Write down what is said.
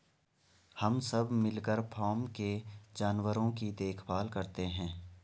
हम सब मिलकर फॉर्म के जानवरों की देखभाल करते हैं